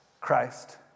Christ